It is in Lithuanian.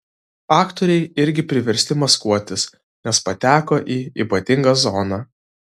aktoriai irgi priversti maskuotis nes pateko į ypatingą zoną